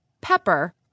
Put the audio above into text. pepper